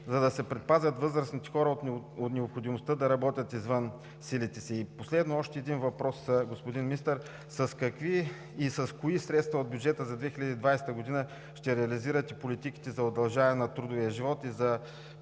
за да се предпазят възрастните хора от необходимостта да работят извън силите си. Последно още един въпрос, господин Министър: с какви и с кои средства от бюджета за 2020 г. ще реализирате политиките за удължаване на трудовия живот и за